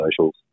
socials